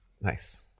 Nice